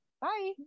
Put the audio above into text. bye